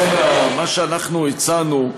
לכן, מה שאנחנו הצענו,